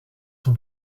son